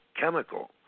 chemical